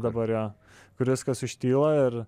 dabar jo kur viskas užtyla ir